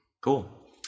cool